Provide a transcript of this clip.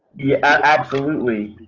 yeah, absolutely.